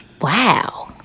wow